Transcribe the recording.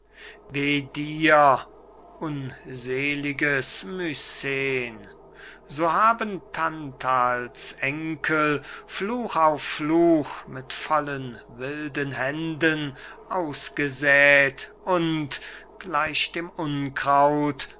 unseliges mycen so haben tantals enkel fluch auf fluch mit vollen wilden händen ausgesät und gleich dem unkraut